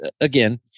again